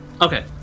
okay